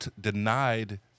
denied